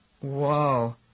Whoa